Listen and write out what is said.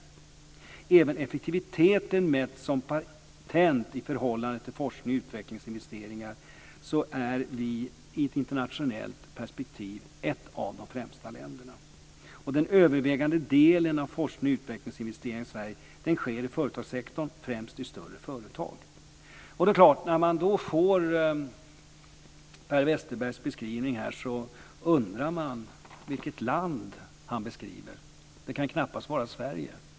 Även när det gäller effektiviteten mätt som patent i förhållande till forsknings och utvecklingsinvesteringar är Sverige i ett internationellt perspektiv ett av de främsta länderna. Den övervägande delen av forsknings och utvecklingsinvesteringar i Sverige sker i företagssektorn, främst i större företag. När man då får höra Per Westerbergs beskrivning är det klart att man undrar vilket land han beskriver. Det kan knappast vara Sverige.